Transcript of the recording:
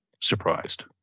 surprised